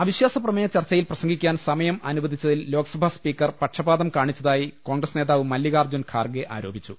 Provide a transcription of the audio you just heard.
അവിശ്വാസ പ്രമേയ ചർച്ചയിൽ പ്രസംഗിക്കാൻ സമയം അനു വദിച്ചതിൽ ലോക്സഭാ സ്പീക്കർ പക്ഷപാതം കാണിച്ചതായി കോൺഗ്രസ് നേതാവ് മല്ലികാർജ്ജുൻ ഖാർഗെ ആരോപിച്ചു